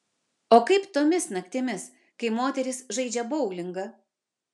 o kaip tomis naktimis kai moterys žaidžia boulingą